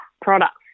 products